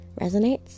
resonates